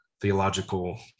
theological